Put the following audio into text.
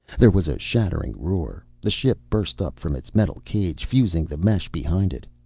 there was a shattering roar. the ship burst up from its metal cage, fusing the mesh behind it.